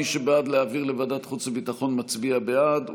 מי שבעד להעביר לוועדת חוץ וביטחון מצביע בעד,